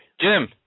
Jim